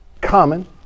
common